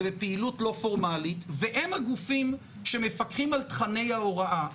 בפעילות לא פורמלית והם הגופים שמפקחים על תכני ההוראה,